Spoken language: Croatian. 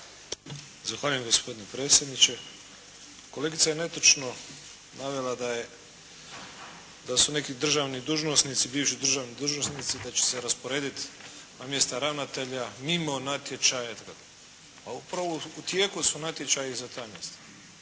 Zahvaljujem gospodine predsjedniče. Kolegica je netočno navela da su neki državni dužnosnici, bivši državni dužnosnici da će se rasporediti na mjesta ravnatelja mimo natječaja. Pa upravo u tijeku su natječaji za …/Govornik